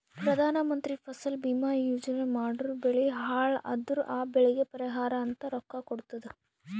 ಪ್ರಧಾನ ಮಂತ್ರಿ ಫಸಲ ಭೀಮಾ ಯೋಜನಾ ಮಾಡುರ್ ಬೆಳಿ ಹಾಳ್ ಅದುರ್ ಆ ಬೆಳಿಗ್ ಪರಿಹಾರ ಅಂತ ರೊಕ್ಕಾ ಕೊಡ್ತುದ್